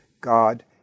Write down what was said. God